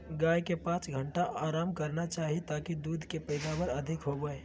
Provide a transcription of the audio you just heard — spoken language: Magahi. गाय के पांच घंटा आराम करना चाही ताकि दूध के पैदावार अधिक होबय